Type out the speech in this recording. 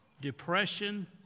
depression